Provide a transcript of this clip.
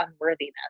unworthiness